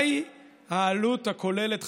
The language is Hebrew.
מהי העלות הכוללת,